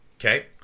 Okay